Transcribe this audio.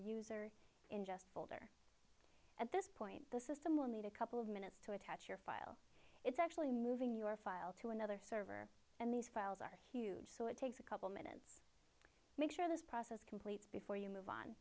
bold at this point the system will need a couple of minutes to attach your file it's actually moving your file to another server and these files are huge so it takes a couple make sure this process completes before you move on